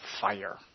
fire